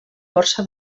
borsa